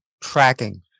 tracking